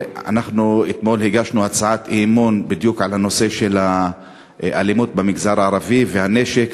אתמול הגשנו הצעת אי-אמון בדיוק על הנושא של האלימות במגזר הערבי והנשק.